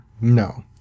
No